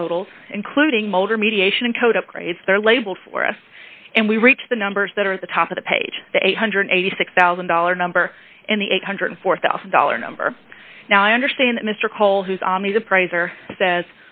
item totals including motor mediation and code upgrades their label for us and we reach the numbers that are at the top of the page the eight hundred and eighty six thousand dollars number and the eight hundred and four thousand dollars number now i understand mr cole who's on these appraiser says